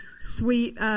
sweet